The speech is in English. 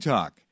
Talk